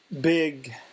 big